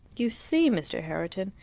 you see, mr. herriton,